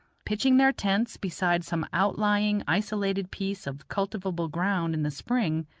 pitching their tents beside some outlying, isolated piece of cultivable ground in the spring,